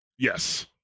Yes